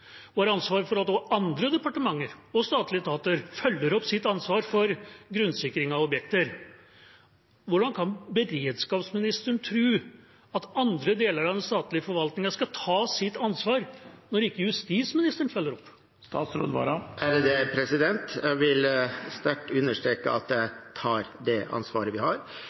har ansvaret for at også andre departementer og statlige etater følger opp sitt ansvar for grunnsikring av objekter: Hvordan kan beredskapsministeren tro at andre deler av den statlige forvaltningen skal ta sitt ansvar når ikke justisministeren følger opp? Jeg vil sterkt understreke at jeg tar det ansvaret vi har.